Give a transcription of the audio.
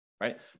Right